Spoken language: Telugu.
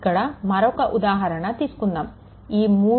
ఇప్పుడు మరొక ఉదాహరణ తీసుకుందాము ఈ 3